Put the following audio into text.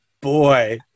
boy